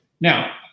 now